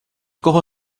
koho